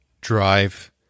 drive